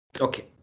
Okay